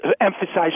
Emphasize